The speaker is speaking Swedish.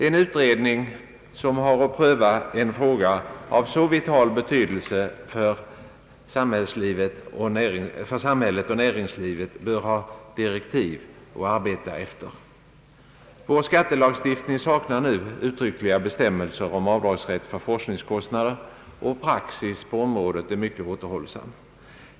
En utredning som har att pröva en fråga av så vital betydelse för näringslivet och samhället bör ha direktiv att arbeta efter. Vår skattelagstiftning saknar nu uttryckliga bestämmelser om avdragsrätt för forskningskostnader, och praxis på området är mycket återhållsam.